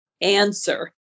answer